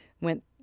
went